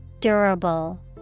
Durable